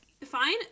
fine